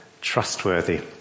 trustworthy